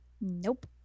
Nope